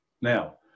Now